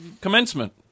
commencement